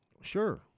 Sure